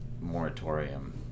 Moratorium